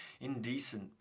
indecent